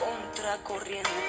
contracorriente